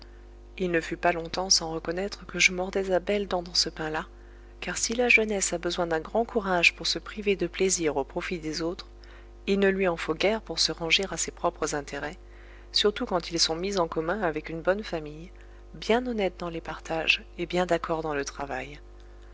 il ne fut pas longtemps sans reconnaître que je mordais à belles dents dans ce pain-là car si la jeunesse a besoin d'un grand courage pour se priver de plaisir au profit des autres il ne lui en faut guère pour se ranger à ses propres intérêts surtout quand ils sont mis en commun avec une bonne famille bien honnête dans les partages et bien d'accord dans le travail